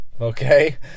Okay